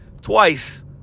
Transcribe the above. twice